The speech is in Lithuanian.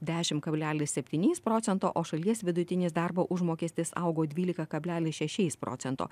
dešim kablelis septyniais procento o šalies vidutinis darbo užmokestis augo dvylika kablelis šešiais procento